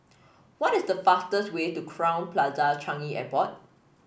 what is the fastest way to Crowne Plaza Changi Airport